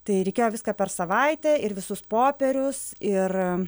tai reikėjo viską per savaitę ir visus popierius ir